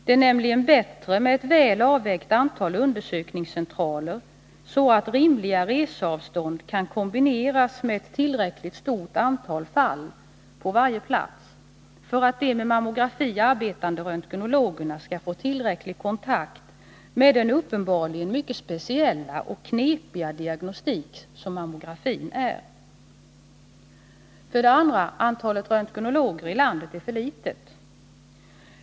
Det är nämligen bättre med ett väl avvägt antal undersökningscentraler, så att rimliga reseavstånd kan kombineras med ett tillräckligt stort antal fall på varje plats, för att de med mammografi arbetande röntgenologerna skall få tillräcklig kontakt med den uppenbarligen mycket speciella och knepiga diagnostik som mammografin är. Vidare är antalet röntgenologer i landet för litet.